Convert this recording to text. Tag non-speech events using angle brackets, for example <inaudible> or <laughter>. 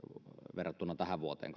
verrattuna tähän vuoteen <unintelligible>